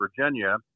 Virginia